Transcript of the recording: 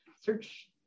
search